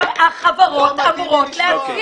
החברות אמורות להציע